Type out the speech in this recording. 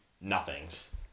nothings